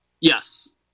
Yes